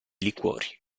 liquori